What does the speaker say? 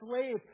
slave